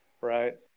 right